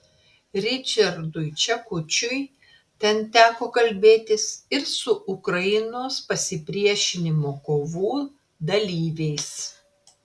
ričardui čekučiui ten teko kalbėtis ir su ukrainos pasipriešinimo kovų dalyviais